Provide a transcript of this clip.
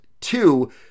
two